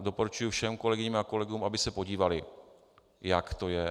Doporučuji všem kolegyním a kolegům, aby se podívali, jak to je.